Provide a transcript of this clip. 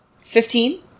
Fifteen